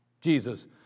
Jesus